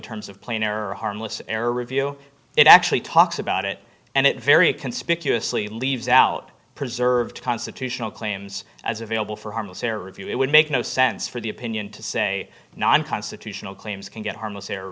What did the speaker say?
terms of plain error harmless error review it actually talks about it and it very conspicuously leaves out preserved constitutional claims as available for harmless error review it would make no sense for the opinion to say no unconstitutional claims can get harmless